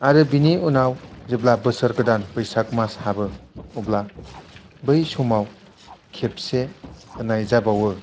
आरो बेनि उनाव जेब्ला बोसोर गोदान बैसाग मास हाबो अब्ला बै समाव खेबसे होनाय जाबावो